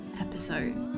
episode